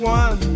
one